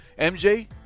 MJ